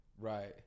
Right